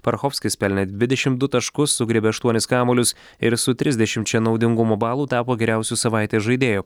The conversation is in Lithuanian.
parachovskis pelnė dvidešimt du taškus sugriebė aštuonis kamuolius ir su trisdešimčia naudingumo balų tapo geriausiu savaitės žaidėju